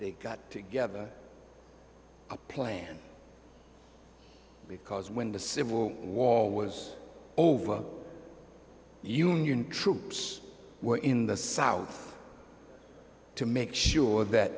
they got together a plan because when the civil war was over union troops were in the south to make sure that